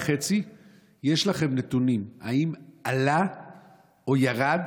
יש לכם נתונים אם בחודשיים וחצי עלה או ירד